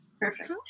Perfect